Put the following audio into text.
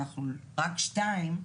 אנחנו רק שתיים,